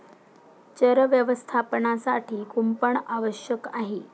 चर व्यवस्थापनासाठी कुंपण आवश्यक आहे